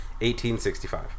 1865